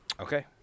Okay